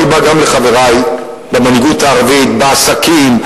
אני בא גם לחברי במנהיגות הערבית בעסקים,